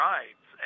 Right